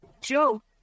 Joe